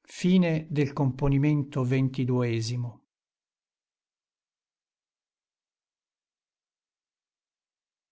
che